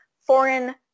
foreign